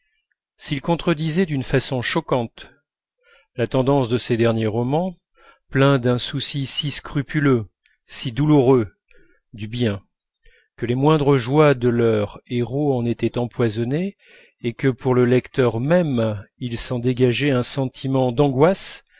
s'ils contredisaient d'une façon choquante la tendance de ses derniers romans pleins d'un souci si scrupuleux si douloureux du bien que les moindres joies de leurs héros en étaient empoisonnées et que pour le lecteur même il s'en dégageait un sentiment d'angoisse